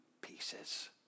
pieces